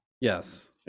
Yes